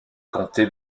comté